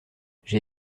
j’ai